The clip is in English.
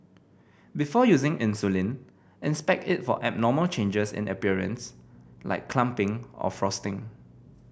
before using insulin inspect it for abnormal changes in appearance like clumping or frosting